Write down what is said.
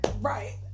Right